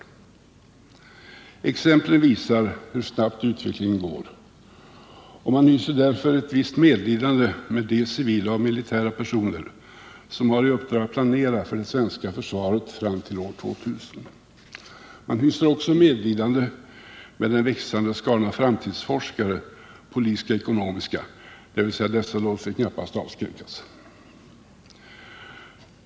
Exemplen visar hur snabbt utvecklingen går. Man hyser därför ett visst medlidande med de civila och militära personer som har i uppdrag att planera för det svenska försvaret fram till år 2000. Man hyser också medlidande med den växande skaran framtidsforskare, politiska och ekonomiska — men dessa låter sig knappast avskräckas.